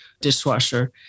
dishwasher